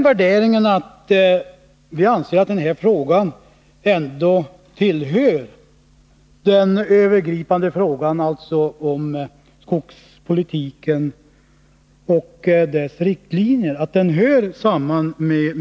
Vi anser att den här frågan hör samman med hela skogspolitiken och riktlinjerna för den.